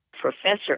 professor